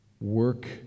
work